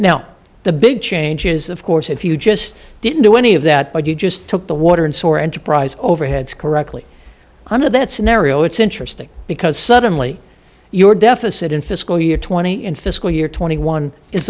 now the big change is of course if you just didn't do any of that but you just took the water and sore enterprise overheads correctly under that scenario it's interesting because suddenly your deficit in fiscal year twenty in fiscal year twenty one is